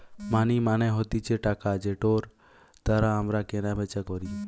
মানি মানে হতিছে টাকা যেটার দ্বারা আমরা কেনা বেচা করি